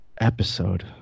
Episode